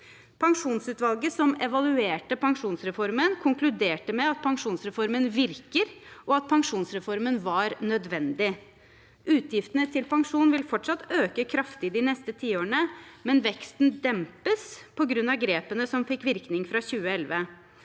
Pensjonsutvalget som evaluerte pensjonsreformen, konkluderte med at pensjonsreformen virker, og at pensjonsreformen var nødvendig. Utgiftene til pensjon vil fortsatt øke kraftig de neste tiårene, men veksten dempes på grunn av grepene som fikk virkning fra 2011.